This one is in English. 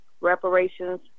Reparations